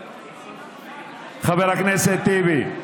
חבר הכנסת טיבי,